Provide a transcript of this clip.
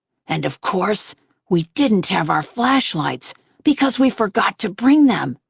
and of course we didn't have our flashlights because we forgot to bring them.